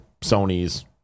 Sony's